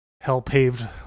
hell-paved